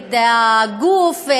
נגד הגוף,